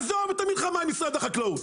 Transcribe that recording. עזוב את המלחמה עם משרד החקלאות,